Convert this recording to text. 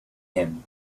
him